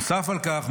נוסף על כך,